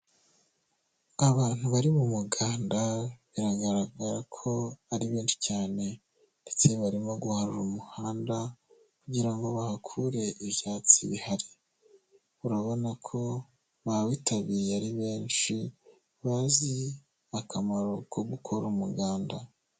Abantu bari mu muganda biragaragara ko ari benshi cyane ndetse barimo guharura umuhanda kugira ngo bahakure ibyatsi bihari, urabona ko bawitabiriye ari benshi, bazi akamaro ko gukora umuganda